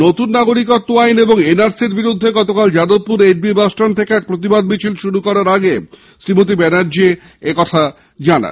নতুন নাগরিকত্ব আইন এবং এনআরসি র বিরুদ্ধে যাদবপুর এইট বি বাসস্ট্যান্ড থেকে এক প্রতিবাদ মিছিল শুরু করার আগে শ্রীমতী ব্যানার্জী একথা বলেন